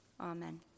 Amen